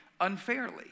unfairly